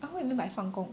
!huh! what you mean by 放工